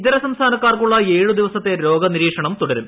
ഇതര സംസ്ഥാനക്കാർക്കുള്ള ഏഴു ദിവസത്തെ രോഗനിരീക്ഷണം തുടരും